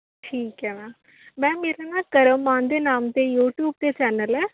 ਠੀਕ ਹੈ ma'am ma'am ਮੇਰਾ ਨਾ ਕਰਮ ਮਾਨ ਦੇ ਨਾਮ 'ਤੇ ਯੂਟਿਊਬ 'ਤੇ ਚੈਨਲ਼ ਹੈ